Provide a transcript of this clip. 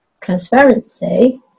Transparency